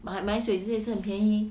买买水这些也是很便宜